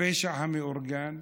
הפשע המאורגן,